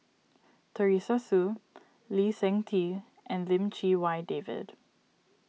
Teresa Hsu Lee Seng Tee and Lim Chee Wai David